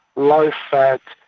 low fat,